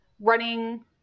running